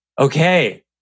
okay